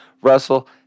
Russell